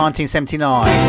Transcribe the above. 1979